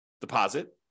deposit